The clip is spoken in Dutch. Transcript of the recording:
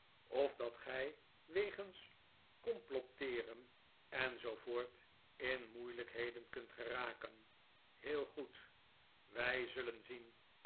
of dat gij wegens complotteeren en zoo voort in moeilijkheden kunt geraken heel goed wij zullen zien